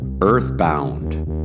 Earthbound